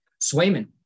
Swayman